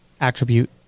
attribute